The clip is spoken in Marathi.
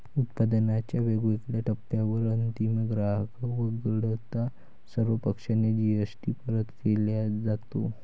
उत्पादनाच्या वेगवेगळ्या टप्प्यांवर अंतिम ग्राहक वगळता सर्व पक्षांना जी.एस.टी परत केला जातो